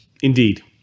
indeed